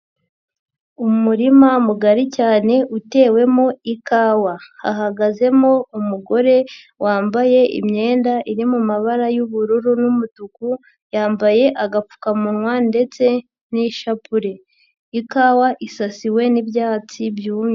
Umurima mugari cyane utewemo ikawa hahagazemo umugore wambaye imyenda iri mu mabara y'ubururu n'umutuku yambaye agapfukamunwa ndetse n'ishapure, ikawa isasiwe n'ibyatsi byumye.